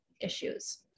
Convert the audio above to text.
issues